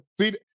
see